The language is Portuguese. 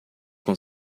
com